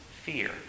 fear